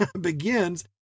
begins